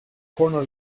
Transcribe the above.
cornell